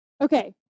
Okay